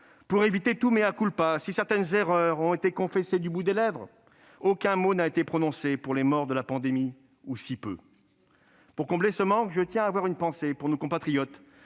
pour éviter tout. Si certaines erreurs ont été confessées du bout des lèvres, aucun mot n'a été prononcé pour les morts de la pandémie, ou si peu. Pour combler ce manque, je tiens à avoir une pensée pour nos compatriotes